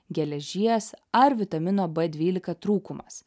geležies ar vitamino b dvylika trūkumas